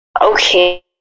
Okay